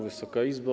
Wysoka Izbo!